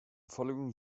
following